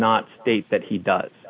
not state that he does